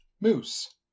Moose